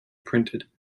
printed